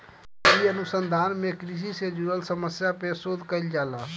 इ अनुसंधान में कृषि से जुड़ल समस्या पे शोध कईल जाला